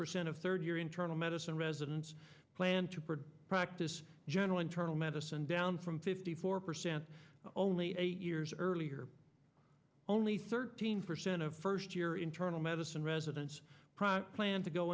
percent of third year internal medicine residents plan to provide practice general internal medicine down from fifty four percent only eight years earlier only thirteen percent of first year internal medicine residents plan to go